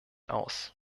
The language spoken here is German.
aus